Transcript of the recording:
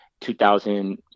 2000